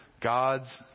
God's